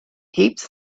heaps